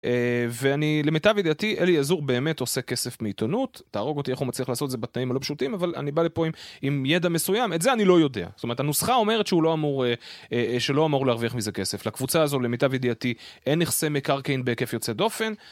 ואני, למיטב ידיעתי, אלי עזור באמת עושה כסף מעיתונות, תהרוג אותי איך הוא מצליח לעשות זה בתנאים הלא פשוטים, אבל אני בא לפה עם ידע מסוים, את זה אני לא יודע. זאת אומרת, הנוסחה אומרת שהוא לא אמור להרוויח מזה כסף. לקבוצה הזו, למיטב ידיעתי, אין נכסי מקרקעין בהיקף יוצא דופן.